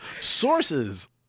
Sources